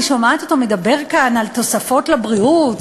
אני שומעת אותו מדבר כאן על תוספות לבריאות,